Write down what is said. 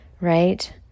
right